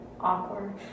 Awkward